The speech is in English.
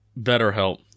BetterHelp